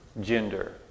gender